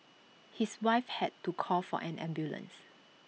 his wife had to call for an ambulance